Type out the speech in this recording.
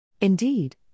Indeed